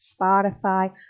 Spotify